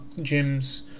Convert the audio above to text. gyms